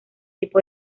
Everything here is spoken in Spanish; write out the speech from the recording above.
tipo